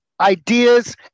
ideas